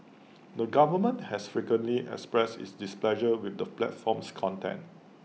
the government has frequently expressed its displeasure with the platform's content